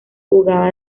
jugaba